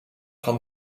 van